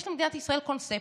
יש למדינת ישראל קונספציה,